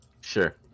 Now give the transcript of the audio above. Sure